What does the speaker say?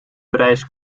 prijs